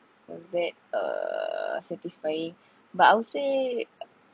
was that err satisfying but I'll say